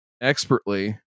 expertly